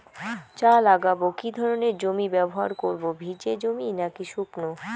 চা লাগাবো কি ধরনের জমি ব্যবহার করব ভিজে জমি নাকি শুকনো?